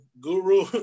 Guru